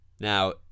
Now